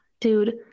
dude